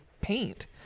paint